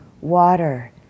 water